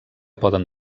poden